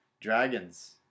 Dragons